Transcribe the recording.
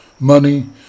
money